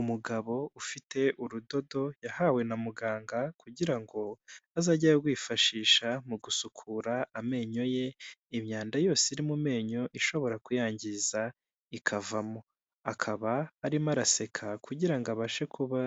Umugabo ufite urudodo yahawe na muganga kugira ngo azajye arwifashisha mu gusukura amenyo ye imyanda yose iri mu menyo ishobora kuyangiza ikavamo akaba arimo araseka kugira abashe kuba